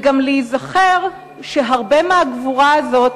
ונזכור עוד שהרבה מהגבורה הזאת